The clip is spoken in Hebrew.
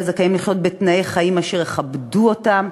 זכאים לחיות בתנאי חיים אשר יכבדו אותם,